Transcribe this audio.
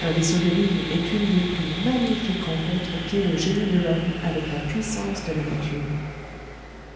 un vaisseau de ligne est une des plus magnifiques rencontres qu'ait le génie de l'homme avec la puissance de la nature